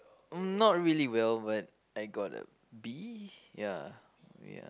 um not really well but I got a B ya ya